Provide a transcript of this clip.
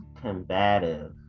combative